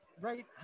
right